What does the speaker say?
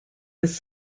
was